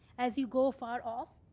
as you go far off.